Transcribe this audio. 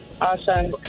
Awesome